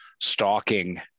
stalking